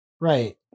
Right